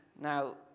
Now